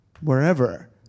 wherever